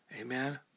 Amen